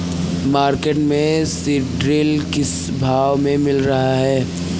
Market में सीद्रिल किस भाव में मिल रहा है?